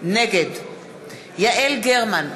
נגד יעל גרמן,